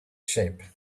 shape